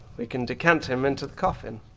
we can decant him into the coffin.